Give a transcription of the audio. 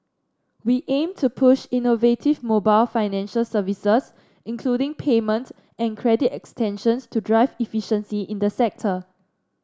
we aim to push innovative mobile financial services including payment and credit extensions to drive efficiency in the sector